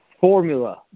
formula